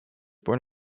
born